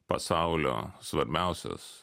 pasaulio svarbiausias